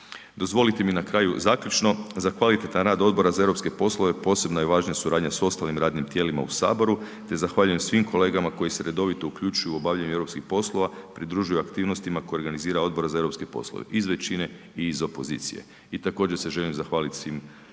Dozvolite mi na kraju zaključno za kvalitetan rad Odbora za EU poslove posebno je važna suradnja s ostalim radnim tijelima u Saboru, te zahvaljujem svim kolegama koji se redovito uključuju u obavljanje europskih poslova, pridružuju aktivnostima koje organizira odbor za EU poslove iz većine i iz opozicije. I također se želim zahvaliti svim kolegama